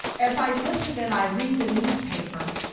as i listen and i read the newspaper,